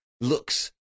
looks